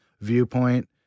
viewpoint